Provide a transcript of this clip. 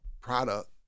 product